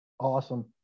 Awesome